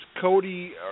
Cody